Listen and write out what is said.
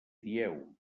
dieu